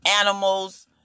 animals